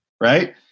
right